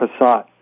Passat